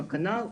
עם הכנ"ר,